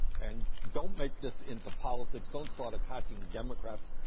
and don't make this into politics. don't start attacking democrats.